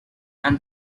and